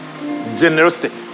Generosity